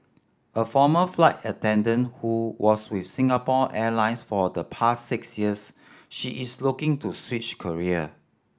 a former flight attendant who was with Singapore Airlines for the past six years she is looking to switch career